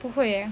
不会诶